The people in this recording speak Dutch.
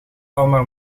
almaar